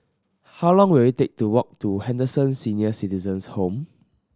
how long will it take to walk to Henderson Senior Citizens' Home